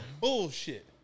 Bullshit